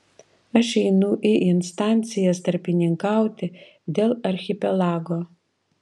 aš einu į instancijas tarpininkauti dėl archipelago